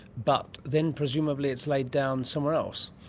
but then presumably it's laid down somewhere else.